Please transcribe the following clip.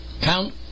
count